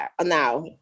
Now